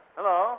Hello